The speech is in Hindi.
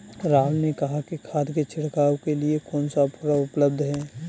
राहुल ने कहा कि खाद की छिड़काव के लिए कौन सा उपकरण उपलब्ध है?